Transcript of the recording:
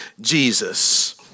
Jesus